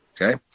Okay